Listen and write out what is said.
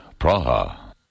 Praha